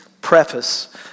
preface